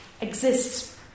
exists